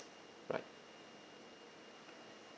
right